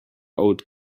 old